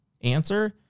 Answer